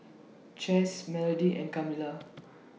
Chas Melody and Kamilah